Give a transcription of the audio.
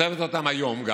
כותבת אותם גם היום,